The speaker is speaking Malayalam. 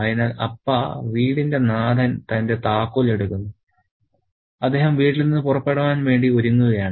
അതിനാൽ അപ്പാ വീടിന്റെ നാഥൻ തന്റെ താക്കോൽ എടുക്കുന്നു അദ്ദേഹം വീട്ടിൽ നിന്നും പുറപ്പെടാൻ വേണ്ടി ഒരുങ്ങുകയാണ്